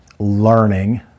Learning